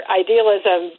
idealism